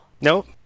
Nope